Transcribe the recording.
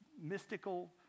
mystical